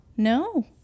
No